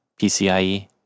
PCIe